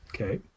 Okay